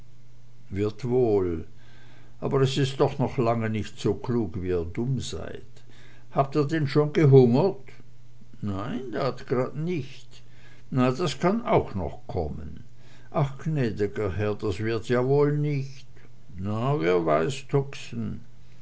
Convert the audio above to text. wird wohl aber er is doch noch lange nich so klug wie ihr dumm seid habt ihr denn schon gehungert nei dat grad nich na das kann auch noch kommen ach gnäd'ger herr dat wihrd joa woll nich na wer weiß